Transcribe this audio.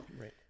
Right